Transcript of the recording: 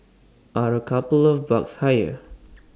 are A couple of bucks higher